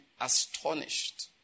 astonished